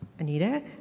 Anita